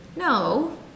No